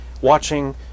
watching